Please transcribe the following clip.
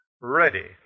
ready